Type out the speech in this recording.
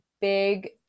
big